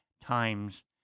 times